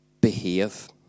behave